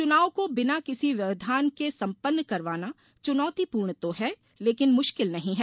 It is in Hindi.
चुनाव को बिना किसी व्यवधान के सम्पन्न करवाना चुनौतीपूर्ण तो है लेकिन मुश्किल नहीं है